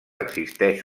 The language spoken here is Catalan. existeix